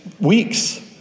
Weeks